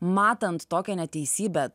matant tokią neteisybę